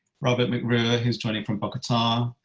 robert mcruer is joining from bogota, um